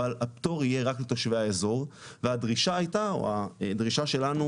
אבל הפטור יהיה רק לתושבי האזור והדרישה הייתה או הדרישה שלנו